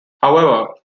however